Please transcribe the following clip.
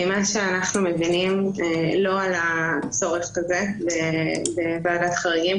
ממה שאנחנו מבינים לא עלה צורך כזה בוועדת חריגים.